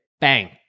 bang